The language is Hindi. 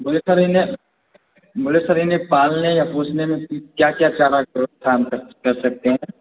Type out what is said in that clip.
बोले सर इन्हें बोले सर इन्हें पालने और पोषने में क्या क्या कर सकते है